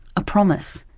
a promise.